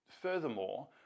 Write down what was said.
Furthermore